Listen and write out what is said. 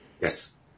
Yes